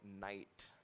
night